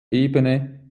ebene